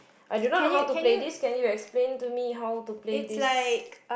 I do not know how to play this can you explain to me how to play this